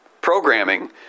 programming